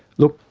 look,